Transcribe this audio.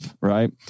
Right